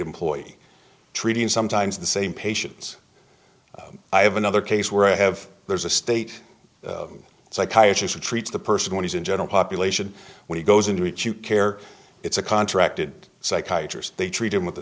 employee treating sometimes the same patients i have another case where i have there's a state psychiatrist who treats the person when he's in general population when he goes into it you care it's a contracted psychiatrist they treat him with the